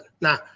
now